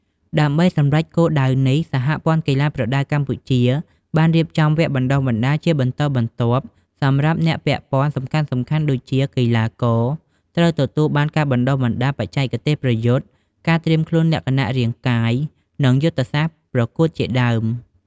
ដើម្បីសម្រេចគោលដៅនេះ សហព័ន្ធកីឡាប្រដាល់កម្ពុជា បានរៀបចំវគ្គបណ្តុះបណ្តាលជាបន្តបន្ទាប់សម្រាប់អ្នកពាក់ព័ន្ធសំខាន់ៗដូចជា កីឡាករ ត្រូវទទួលបានការបណ្តុះបណ្តាលបច្ចេកទេសប្រយុទ្ធ ការត្រៀមលក្ខណៈរាងកាយ និងយុទ្ធសាស្ត្រប្រកួតជាដើម។